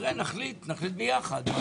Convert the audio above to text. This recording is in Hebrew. נחליט יחד.